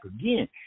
again